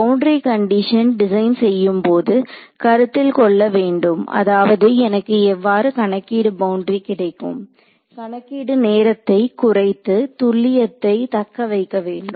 boundary condition design செய்யும் போது கருத்தில் கொள்ள வேண்டும் அதாவது எனக்கு எவ்வாறு கணக்கீடு பவுண்டரி கிடைக்கும் கணக்கீடு நேரத்தை குறைத்து துல்லியத்தை தக்க வைக்க வேண்டும்